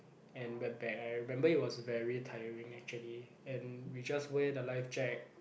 and went back I remember it was very tiring actually and we just wear the life jack